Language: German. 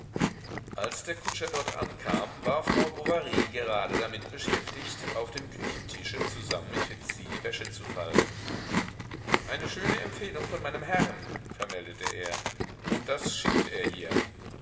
als der kutscher dort ankam war frau bovary gerade damit beschäftigt auf dem küchentische zusammen mit felicie wäsche zu falten eine schöne empfehlung von meinem herrn vermeldete er und das schickt er hier